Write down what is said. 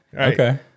Okay